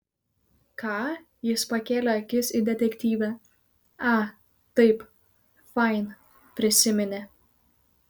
ką jis pakėlė akis į detektyvę a taip fain prisiminė